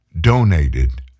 donated